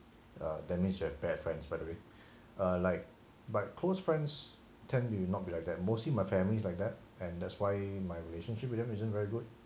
uh that means you have bad friends by the way err like but close friends tend you will not be like that mostly my families like that and that's why my relationship with them isn't very good